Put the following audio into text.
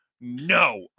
no